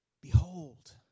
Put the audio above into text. behold